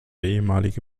ehemalige